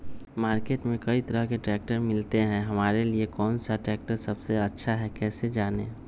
Market में कई तरह के ट्रैक्टर मिलते हैं हमारे लिए कौन सा ट्रैक्टर सबसे अच्छा है कैसे जाने?